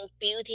beauty